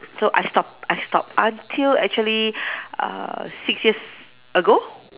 so I stop I stop until actually uh six years ago